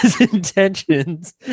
intentions